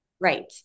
Right